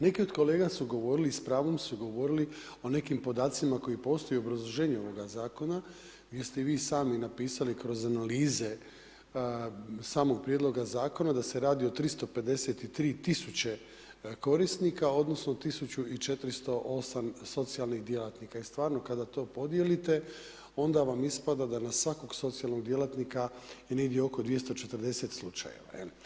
Neki od kolega su govorili i s pravom su govorili o nekim podacima koji postoje u obrazloženju ovoga zakona gdje ste i vi sami napisali kroz analize samog prijedloga zakona da se radi o 353 000 korisnika, odnosno 1408 socijalnih djelatnika i stvarno kada to podijelite onda vam ispada da na svakog socijalnog djelatnika je negdje oko 240 slučajeva.